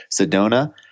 Sedona